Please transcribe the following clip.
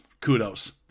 kudos